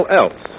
else